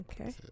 Okay